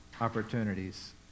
opportunities